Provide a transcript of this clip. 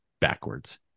backwards